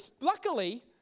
luckily